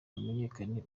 hamenyekane